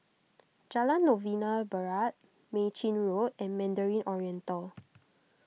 Jalan Novena Barat Mei Chin Road and Mandarin Oriental